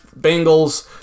Bengals